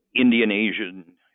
Indian-Asian